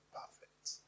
perfect